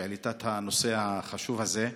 שהעלתה את הנושא החשוב הזה.